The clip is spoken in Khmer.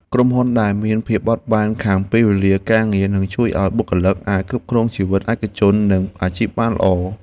ក្រុមហ៊ុនដែលមានភាពបត់បែនខាងពេលវេលាការងារនឹងជួយឱ្យបុគ្គលិកអាចគ្រប់គ្រងជីវិតឯកជននិងអាជីពបានល្អ។